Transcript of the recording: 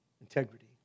integrity